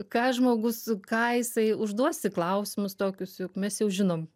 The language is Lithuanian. ką žmogus ką jisai užduosi klausimus tokius juk mes jau žinom